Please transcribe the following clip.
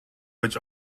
which